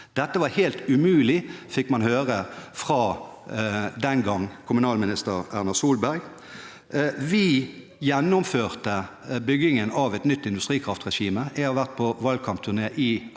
Dette var helt umulig, fikk man høre fra den gang kommunalminister Erna Solberg. Vi gjennomførte byggingen av et nytt industrikraftregime. Før valget i år var jeg på valgkampturné i Hardanger.